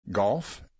Golf